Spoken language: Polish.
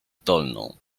dolną